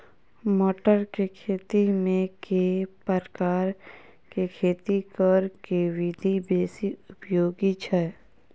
मटर केँ खेती मे केँ प्रकार केँ खेती करऽ केँ विधि बेसी उपयोगी छै?